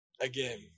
again